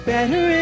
Better